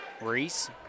Reese